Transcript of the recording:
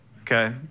okay